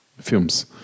films